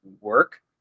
work